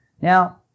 now